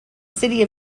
city